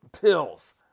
pills